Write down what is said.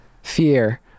Fear